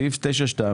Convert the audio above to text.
סעיף 9.2,